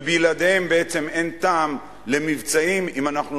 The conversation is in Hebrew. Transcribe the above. ובלעדיהם בעצם אין טעם למבצעים אם אנחנו